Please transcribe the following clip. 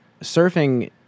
surfing